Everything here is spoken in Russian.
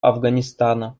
афганистана